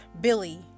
Billy